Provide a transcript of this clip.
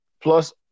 Plus